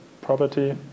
property